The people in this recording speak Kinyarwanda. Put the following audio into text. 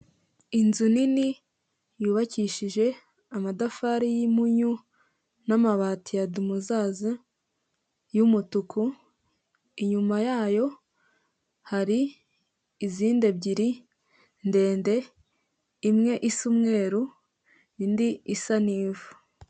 Inzu nini yubakishije amatafari yimpunyu n'amabati ya dumozaza yumutuku, inyuma yayo hari izindi ebyiri ndende imwe isa umweru indi isa n'ivu.